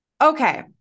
okay